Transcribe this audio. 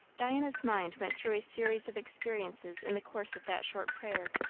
diana's mind went through a series of experiences in the course of that short prayer.